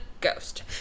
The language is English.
Ghost